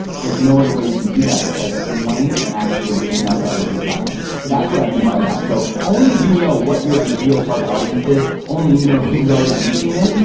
there's no other way you can do that besides streamlining, and actually reaching out to other big platforms. so, that's what i mean by that. so, only you know what your ideal target audience is. only you know who's already reaching them.